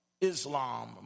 Islam